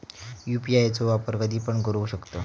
UPI चो वापर कधीपण करू शकतव?